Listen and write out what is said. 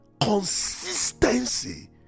Consistency